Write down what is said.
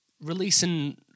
releasing